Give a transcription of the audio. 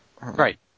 Right